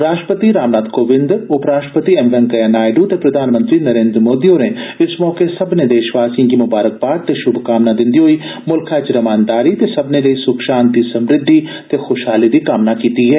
राष्ट्रपति रामनाथ कोविंद उपराष्ट्रपति एम वैकेइया नायडू ते प्रधानमंत्री नरेन्द्र मोदी होरें इस मौके सब्बने देशवासियें गी ममारकबाद ते श्भकामना दिन्दे होई मुल्खै च रमानदारी ते सब्बने लेई सुख शांति समृद्धि ते खुशहाली दी कामना कीती ऐ